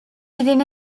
within